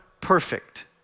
perfect